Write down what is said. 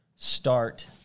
start